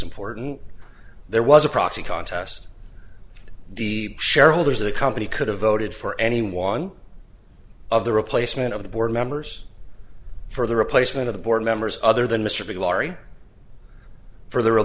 important there was a proxy contest the shareholders of the company could have voted for any one of the replacement of the board members for the replacement of the board members other than mr b laurie for the